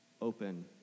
open